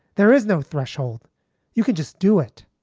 there is no threshold you could just do it.